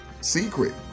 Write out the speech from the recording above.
secret